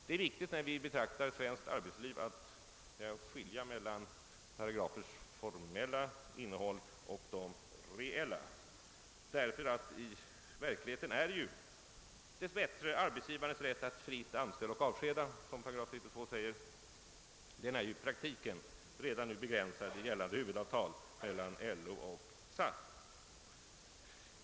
Det är riktigt, när vi betraktar svenskt arbetsliv, att skilja mellan paragrafens formella innehåll och det reella, därför att i verkligheten är ju dess bättre arbetsgivarens rätt att fritt anställa och avskeda, som formuleringen lyder i 8 32, i praktiken redan nu begränsad i gällande huvudavtal mellan LO och SAF.